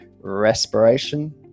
respiration